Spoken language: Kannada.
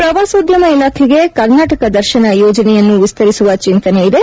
ಪ್ರವಾಸೋದ್ಧಮ ಇಲಾಖೆಗೆ ಕರ್ನಾಟಕ ದರ್ಶನ ಯೋಜನೆಯನ್ನು ವಿಸ್ತರಿಸುವ ಚಿಂತನೆಯಿದೆ